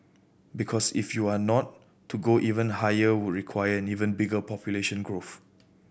because if you are not to go even higher would require an even bigger population growth